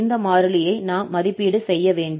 இந்த மாறிலியை நாம் மதிப்பீடு செய்யப்பட வேண்டும்